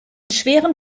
schweren